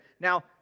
Now